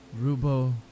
rubo